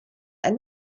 and